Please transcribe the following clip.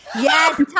Yes